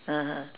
(uh huh)